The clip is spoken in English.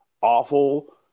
awful